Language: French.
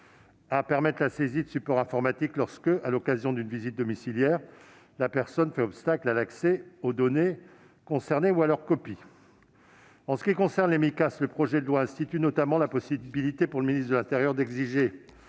autorise la saisie des supports informatiques lorsque, à l'occasion d'une visite domiciliaire, la personne fait obstacle à l'accès aux données concernées ou à leur copie. Pour ce qui concerne les Micas, ce projet de loi donne notamment au ministre de l'intérieur le